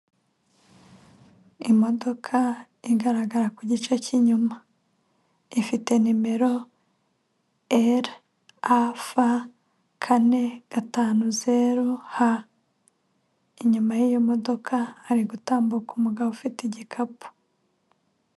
Imodoka igaragara ku gice cy'inyuma ifite nimero eri a fa 450 ha inyuma y'iyo modoka hari gutambuka k umugabo ufite igikapu.